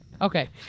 Okay